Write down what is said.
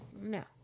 No